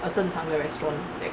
a 正常的 restaurant